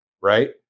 right